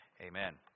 Amen